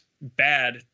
bad